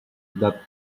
that